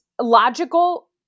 logical